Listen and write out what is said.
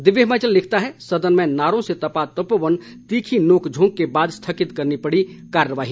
दिव्य हिमाचल लिखता है सदन में नारों से तपा तपोवन तीखी नोक झोंक के बाद स्थगित करनी पड़ी कार्यवाही